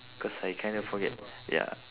cause I kinda forget ya